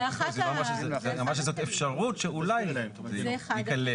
היא אמרה שזאת אפשרות שאולי תיכלל.